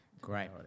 Great